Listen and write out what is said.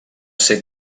ser